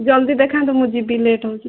ଜଲ୍ଦି ଦେଖାନ୍ତୁ ମୁଁ ଯିବି ଲେଟ୍ ହେଉଛି